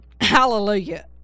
hallelujah